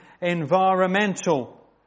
environmental